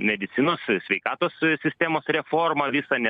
medicinos sveikatos sistemos reformą visą ne